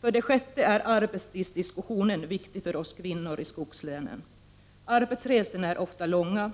För det sjätte är arbetstidsdiskussionen viktig för oss kvinnor i skogslänen. Arbetsresorna är ofta långa.